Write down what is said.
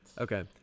Okay